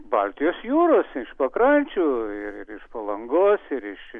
baltijos jūros iš pakrančių ir iš palangos ir iš